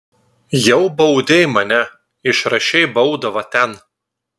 jau baudei mane išrašei baudą va ten